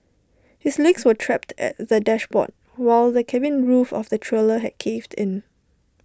his legs were trapped at the dashboard while the cabin roof of the trailer had caved in